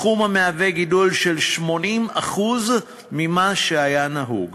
סכום המהווה גידול של 80% ממה שהיה נהוג.